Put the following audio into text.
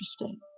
interesting